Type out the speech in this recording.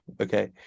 Okay